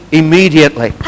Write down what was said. immediately